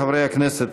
חברי הכנסת.